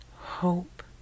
hope